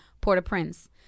Port-au-Prince